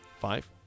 Five